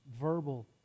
verbal